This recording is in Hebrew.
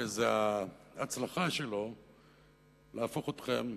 וזה ההצלחה שלו להפוך אתכם,